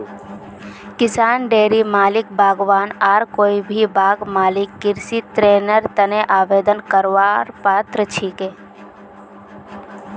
किसान, डेयरी मालिक, बागवान आर कोई भी बाग मालिक कृषि ऋनेर तने आवेदन करवार पात्र छिके